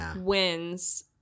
wins